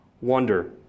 wonder